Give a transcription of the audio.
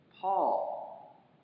Paul